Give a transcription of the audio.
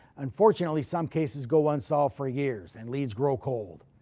unfortunately, some cases go unsolved for years and leads grow cold.